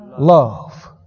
Love